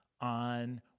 on –